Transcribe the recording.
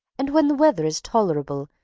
and when the weather is tolerable,